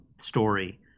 story